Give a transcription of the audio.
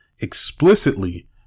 explicitly